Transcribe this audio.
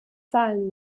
zahlen